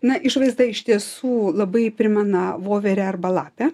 na išvaizda iš tiesų labai primena voverę arba lapę